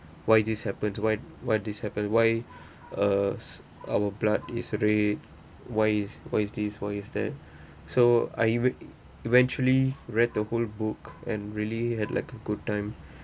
why this happen why why this happen why uh our blood is red why why is this why is that so I even~ eventually read the whole book and really had like a good time